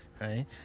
right